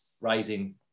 raising